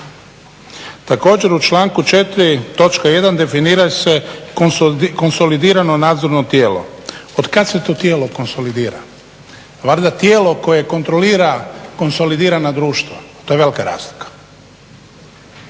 Također, u članku 4. točka 1. definira se konsolidirano nadzorno tijelo. Otkad se to tijelo konsolidira? Valjda tijelo koje kontrolira konsolidirana društva. To je velika razlika